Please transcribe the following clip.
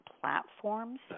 platforms